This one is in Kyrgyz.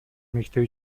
мектеп